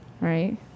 right